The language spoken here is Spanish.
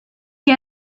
que